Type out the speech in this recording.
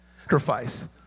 sacrifice